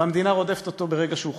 והמדינה רודפת אותו ברגע שהוא חוזר.